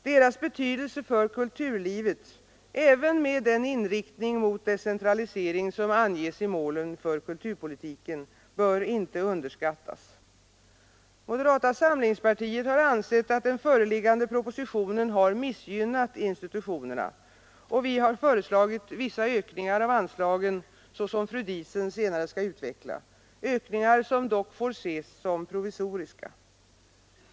Deras betydelse för kulturlivet, även med den inriktning mot decentralisering som anges i målen för kulturpolitiken, bör inte underskattas. Moderats samlingspartiet har ansett att den föreliggande propositionen har missgynnat institutionerna, och vi har föreslagit vissa ökningar av anslagen, så som fru Diesen senare skall utveckla, ökningar som dock får ses som provisoriska.